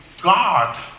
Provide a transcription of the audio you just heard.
God